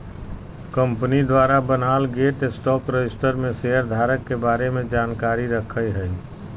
company द्वारा बनाल गेल स्टॉक रजिस्टर में शेयर धारक के बारे में जानकारी रखय हइ